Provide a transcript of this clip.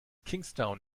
kingstown